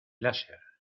láser